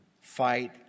fight